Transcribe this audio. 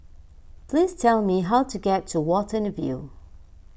please tell me how to get to Watten View